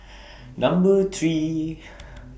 Number three